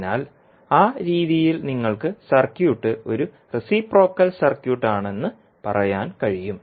അതിനാൽ ആ രീതിയിൽ നിങ്ങൾക്ക് സർക്യൂട്ട് ഒരു റെസിപ്രോക്കൽ സർക്യൂട്ട് ആണെന്ന് പറയാൻ കഴിയും